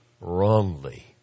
wrongly